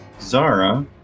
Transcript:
Zara